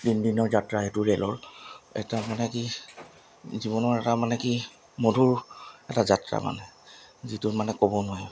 তিনিদিনৰ যাত্ৰা সেইটো ৰে'লৰ এটা মানে কি জীৱনৰ এটা মানে কি মধুৰ এটা যাত্ৰা মানে যিটো মানে ক'ব নোৱাৰি